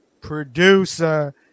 producer